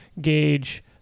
gauge